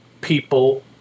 people